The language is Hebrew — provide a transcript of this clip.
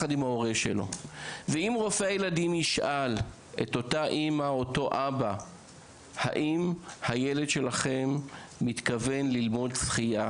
אם רופא הילדים ישאל את האם או האב אם הילד לומד שחייה